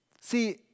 See